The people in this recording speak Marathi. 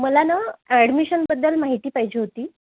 मला नं ॲडमिशनबद्दल माहिती पाहिजे होती